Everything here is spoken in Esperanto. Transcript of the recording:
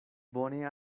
bone